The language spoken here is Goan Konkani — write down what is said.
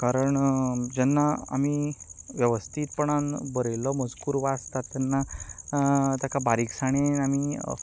कारण जेन्ना आमी वेवस्थीतपणान बरयिल्लो मजकूर वाचतात तेन्ना ताका बारीकसाणेन आमी